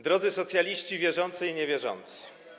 Drodzy Socjaliści Wierzący i Niewierzący!